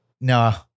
No